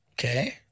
Okay